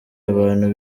abantu